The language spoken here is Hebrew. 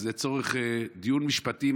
אז לצורך הדיון המשפטי,